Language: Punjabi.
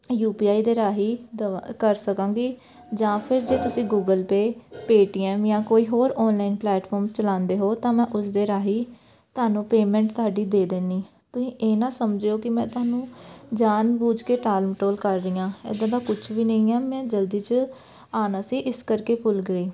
ਯੂ ਪੀ ਆਈ ਦੇ ਰਾਹੀਂ ਦਵਾ ਕਰ ਸਕਾਂਗੀ ਜਾਂ ਫਿਰ ਜੇ ਤੁਸੀਂ ਗੂਗਲ ਪੇ ਪੇਟੀਐਮ ਜਾਂ ਕੋਈ ਹੋਰ ਔਨਲਾਈਨ ਪਲੇਟਫਾਰਮ ਚਲਾਉਂਦੇ ਹੋ ਤਾਂ ਮੈਂ ਉਸ ਦੇ ਰਾਹੀਂ ਤੁਹਾਨੂੰ ਪੇਮੈਂਟ ਤੁਹਾਡੀ ਦੇ ਦਿੰਦੀ ਤੁਸੀਂ ਇਹ ਨਾ ਸਮਝਿਓ ਕਿ ਮੈਂ ਤੁਹਾਨੂੰ ਜਾਣ ਬੁਝ ਕੇ ਟਾਲ ਮਟੋਲ ਕਰ ਰਹੀ ਹਾਂ ਇੱਦਾਂ ਦਾ ਕੁਛ ਵੀ ਨਹੀਂ ਹੈ ਮੈਂ ਜਲਦੀ 'ਚ ਆਉਣਾ ਸੀ ਇਸ ਕਰਕੇ ਭੁੱਲ ਗਈ